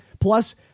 Plus